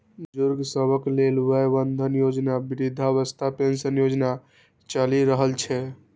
बुजुर्ग सभक लेल वय बंधन योजना, वृद्धावस्था पेंशन योजना चलि रहल छै